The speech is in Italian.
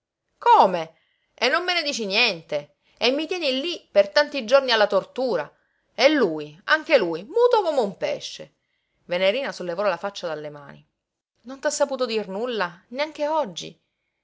come e non me ne dici niente e mi tieni lí per tanti giorni alla tortura e lui anche lui muto come un pesce venerina sollevò la faccia dalle mani non t'ha saputo dir nulla neanche oggi